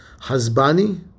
Hasbani